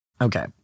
okay